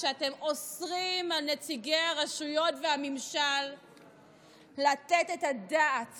כשאתם אוסרים על נציגי הרשויות והממשל לתת את הדעת